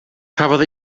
cafodd